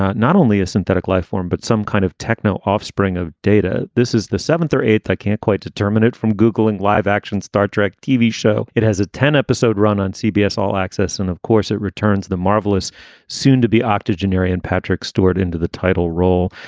not not only a synthetic lifeform, but some kind of techno offspring of data. this is the seventh or eighth. i can't quite determinate from googleing live action star trek tv show. it has a ten episode run on cbs all access and of course it returns the marvelous soon to be octogenarian patrick stewart into the title role.